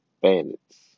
Bandits